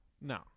No